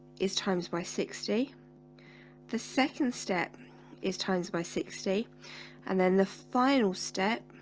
is times by sixty the second step is times by sixty and then the final step